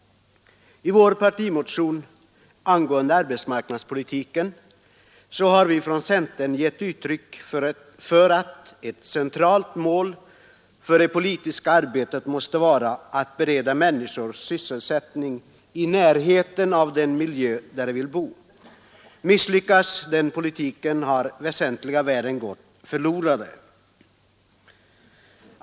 I vår partimotion angående arbetsmarknadspolitiken har vi från centern givit uttryck för att ett centralt mål för det politiska arbetet måste vara att bereda människor sysselsättning i närheten av den miljö där de vill bo. Misslyckas den politiken har väsentliga värden gått förlorade.